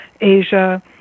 Asia